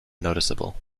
noticeable